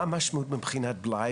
סתם שאלה: מה המשמעות מבחינת בלאי